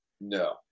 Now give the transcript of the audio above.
No